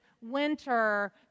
winter